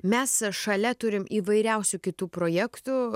mes šalia turim įvairiausių kitų projektų